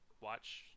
watch